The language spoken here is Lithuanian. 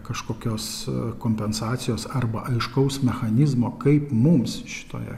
kažkokios kompensacijos arba aiškaus mechanizmo kaip mums šitoje